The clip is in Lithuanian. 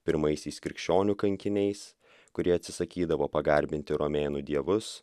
pirmaisiais krikščionių kankiniais kurie atsisakydavo pagarbinti romėnų dievus